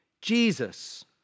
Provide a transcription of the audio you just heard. Jesus